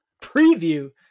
preview